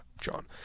John